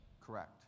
Correct